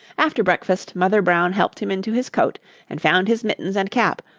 after breakfast mother brown helped him into his coat and found his mittens and cap,